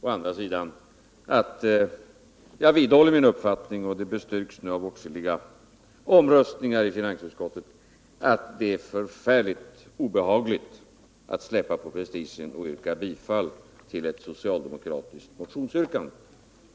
Å andra sidan vidhåller jag min uppfattning att — och det bestyrks nu av åtskilliga omröstningar i finansutskottet — det är förfärligt obehagligt att släppa på prestigen och yrka bifall till ett socialdemokratiskt motionsyrkande.